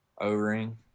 O-ring